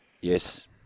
Yes